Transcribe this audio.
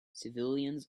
civilians